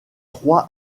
trois